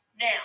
Now